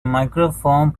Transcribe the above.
microphone